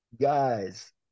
guys